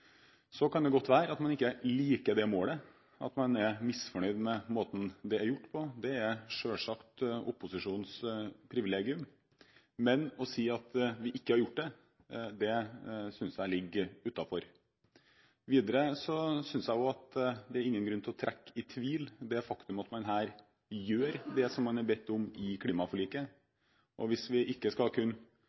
Så kan det godt være at man ikke liker det målet – at man er misfornøyd med måten det er gjort på. Det er selvsagt opposisjonens privilegium. Men å si at vi ikke har gjort det, synes jeg ligger utenfor. Videre synes jeg også at det er ingen grunn til å trekke i tvil det faktum at man her gjør det som man er bedt om i klimaforliket. Hvis vi ikke skal